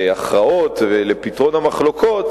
להכרעות ולפתרון המחלוקות,